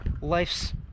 life's